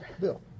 Bill